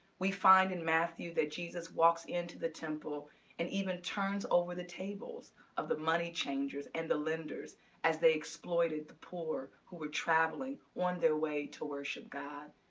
we find in matthew that jesus walks into the temple and even turns over the tables of the money changers and the lenders as they exploited the poor traveling, who were traveling on their way to worship god.